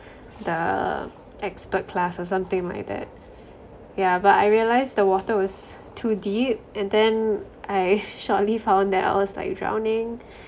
the expert class or something like that yeah but I realised the water was too deep and then I shortly found that I was like drowning